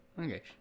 Okay